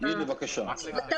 המחלוקות הן